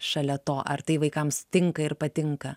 šalia to ar tai vaikams tinka ir patinka